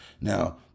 Now